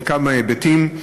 מכמה היבטים.